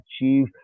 achieve